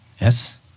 Yes